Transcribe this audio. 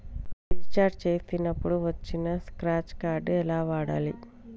Recharge చేసినప్పుడు వచ్చిన scratch card ఎలా వాడాలి?